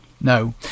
No